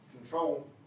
control